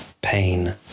pain